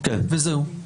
וזהו.